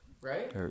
right